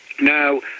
Now